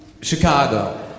Chicago